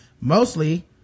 mostly